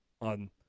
on